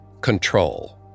control